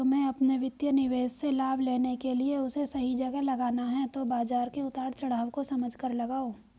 तुम्हे अपने वित्तीय निवेश से लाभ लेने के लिए उसे सही जगह लगाना है तो बाज़ार के उतार चड़ाव को समझकर लगाओ